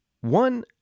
one